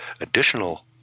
additional